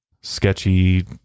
sketchy